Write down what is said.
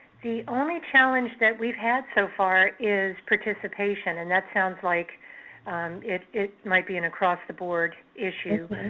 the only challenge that we've had so far is participation, and that sounds like it it might be an across-the-board issue.